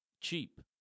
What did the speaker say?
Cheap